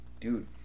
dude